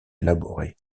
élaborés